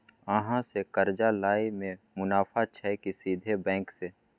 अहाँ से कर्जा लय में मुनाफा छै की सीधे बैंक से?